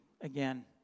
again